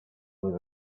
was